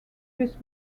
this